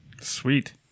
Sweet